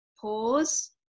pause